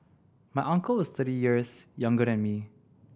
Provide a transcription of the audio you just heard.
my uncle is thirty years younger than me